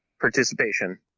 participation